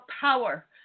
power